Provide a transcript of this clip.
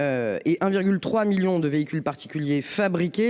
Et 1,3 millions de véhicules particuliers.